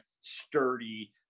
sturdy